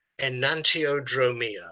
enantiodromia